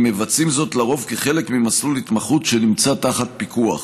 הם עושים זאת לרוב כחלק ממסלול התמחות שנמצא תחת פיקוח.